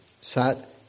Sat